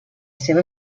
seva